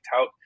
tout